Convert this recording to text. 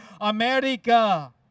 America